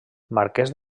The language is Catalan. marquès